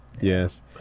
yes